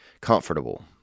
comfortable